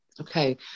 Okay